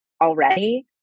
already